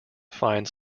fine